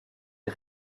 est